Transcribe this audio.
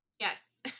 Yes